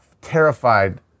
terrified